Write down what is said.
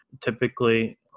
typically